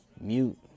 mute